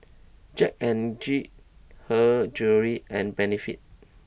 Jack N Jill Her Jewellery and Benefit